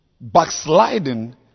backsliding